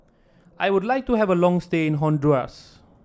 I would like to have a long stay in Honduras